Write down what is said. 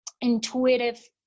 intuitive